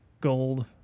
gold